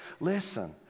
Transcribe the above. Listen